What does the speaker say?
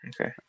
Okay